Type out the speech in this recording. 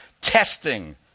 testing